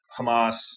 Hamas